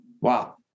Wow